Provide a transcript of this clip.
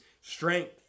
strength